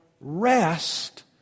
rest